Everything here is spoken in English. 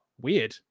weird